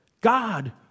God